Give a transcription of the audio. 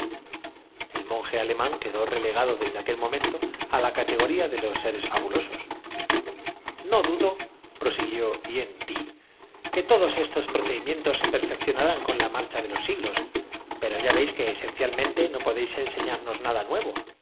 el monje alemán quedó relegado desde aquel mo benjamín se resistía porque la fuga le privaba del se mento á la categoría de los seres fabulosos creto de la inmortalidad tan codiciado sin embargo no dudoprosiguió hien tique todos estos pro no tardó en avenirse aparentemente pues abrigaba el cedimientos se perfeccionarán con la marcha de los proyecto que más tarde se verá siglos pero ya veis que esencialmente no podéis en señarnos nada nuevo